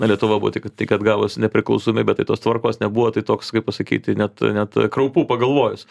na lietuva buvo tik tik atgavus nepriklausomybę tai tos tvarkos nebuvo tai toks kaip pasakyti net net kraupu pagalvojus